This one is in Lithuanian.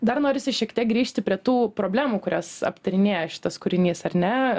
dar norisi šiek tiek grįžti prie tų problemų kurias aptarinėja šitas kūrinys ar ne